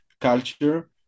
culture